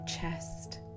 chest